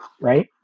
right